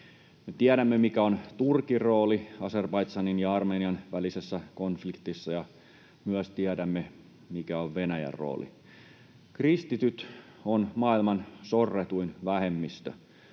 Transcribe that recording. tiedämme, mikä on Turkin rooli Azerbaidžanin ja Armenian välisessä konfliktissa, ja myös tiedämme, mikä on Venäjän rooli. Kristityt ovat maailman sorretuin vähemmistö.